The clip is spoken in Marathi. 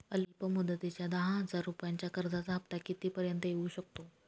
अल्प मुदतीच्या दहा हजार रुपयांच्या कर्जाचा हफ्ता किती पर्यंत येवू शकतो?